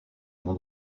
nom